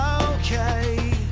Okay